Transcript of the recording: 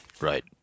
Right